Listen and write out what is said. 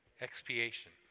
Expiation